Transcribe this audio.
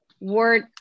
word